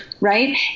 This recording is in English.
right